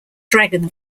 dragon